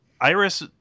Iris